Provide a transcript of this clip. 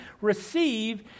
receive